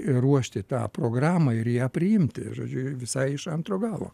ruošti tą programą ir ją priimti žodžiu visai iš antro galo